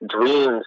dreams